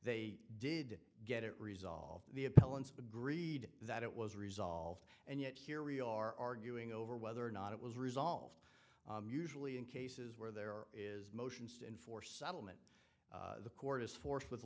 they did get it resolved the appellant's agreed that it was resolved and yet here we are arguing over whether or not it was resolved usually in cases where there is motions to enforce settlement the court is forced with